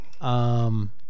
Um-